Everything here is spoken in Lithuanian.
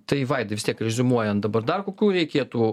tai vaidai vis tiek reziumuojant dabar dar kokių reikėtų